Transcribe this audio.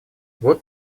вот